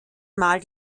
mal